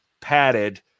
padded